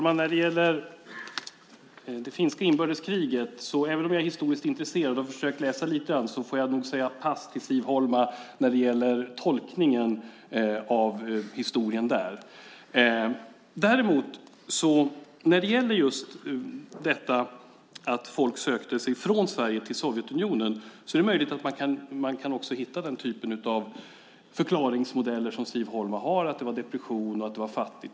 Herr talman! Även om jag är historiskt intresserad och har försökt läsa lite får jag nog säga pass till Siv Holma när det gäller det finska inbördeskriget och tolkningen av historien. När det däremot gäller just detta att folk sökte sig från Sverige till Sovjetunionen är det möjligt att man också kan hitta den typen av förklaringsmodeller som Siv Holma har, att det var depression och fattigt.